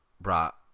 brought